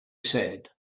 said